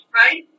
right